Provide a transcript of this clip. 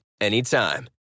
anytime